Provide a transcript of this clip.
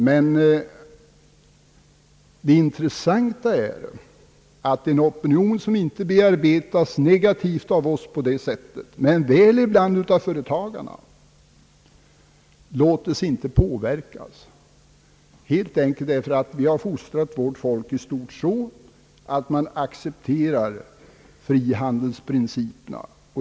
Men det intressanta är att en opinion som inte bearbetas negativt av oss på det sättet, men väl ibland av företagarna, inte låter sig påverka helt enkelt därför att vi har fostrat vårt folk i stort så att man accepterar = frihandelsprinciperna.